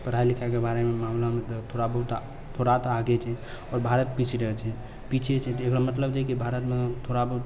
पढ़ाइ लिखाइके बारेमे मामलामे तऽ आ थोड़ा तऽ आगे छै आओर भारत पीछे रहै छै पीछे इसलियै छै कि भारतमे थोड़ा बहुत